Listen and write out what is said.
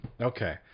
Okay